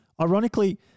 Ironically